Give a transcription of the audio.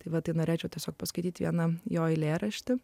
tai va tai norėčiau tiesiog paskaityti vieną jo eilėraštį